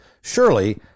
surely